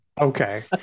okay